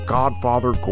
Godfather